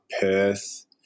Perth